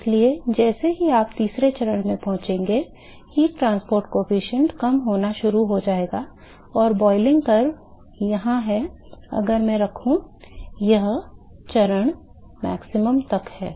इसलिए जैसे ही आप तीसरे चरण में पहुंचेंगे ऊष्मा परिवहन गुणांक कम होना शुरू हो जाएगा और boiling curve यहाँ है अगर मैं रखूँ वह चरण अधिकतम तक है